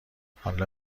حالا